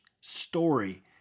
story